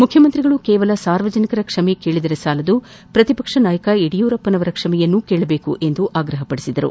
ಮುಖ್ಯಮಂತ್ರಿಗಳು ಕೇವಲ ಸಾರ್ವಜನಿಕರ ಕ್ಷಮೆ ಕೇಳಿದರೆ ಸಾಲದು ಪ್ರತಿಪಕ್ಷನಾಯಕ ಯಡಿಯೂರಪ್ಪನವರ ಕ್ಷಮೆಕೇಳಬೇಕೆಂದು ಆಗ್ರಹಿಸಿದರು